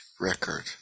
record